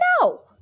no